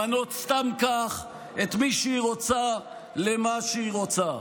למנות סתם כך את מי שהיא רוצה למה שהיא רוצה.